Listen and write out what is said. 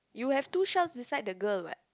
you have two shells beside the girl what